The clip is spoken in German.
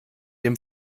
dem